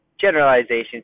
generalizations